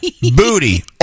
Booty